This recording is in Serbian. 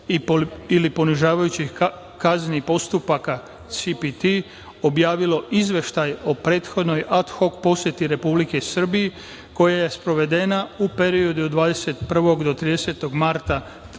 ili ponižavajućih kazni i postupka, CPT, objavilo izveštaj o prethodnoj adhok poseti Republici Srbiji, koja je sprovedena u periodu od 21. do 30. marta 2023.